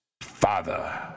father